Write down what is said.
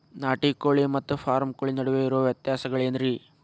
ನಾಟಿ ಕೋಳಿ ಮತ್ತ ಫಾರಂ ಕೋಳಿ ನಡುವೆ ಇರೋ ವ್ಯತ್ಯಾಸಗಳೇನರೇ?